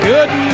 Good